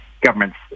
government's